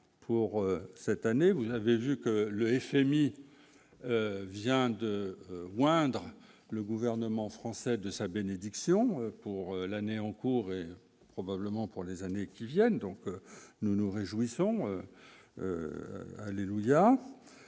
pour cette. Vous avez vu que le FMI vient de moindre, le gouvernement français de sa bénédiction pour l'année en cours, probablement pour les années qui viennent, donc. Nous nous réjouissons à Lille